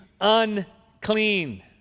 unclean